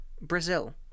Brazil